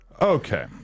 Okay